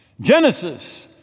Genesis